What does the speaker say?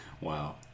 Wow